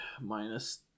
minus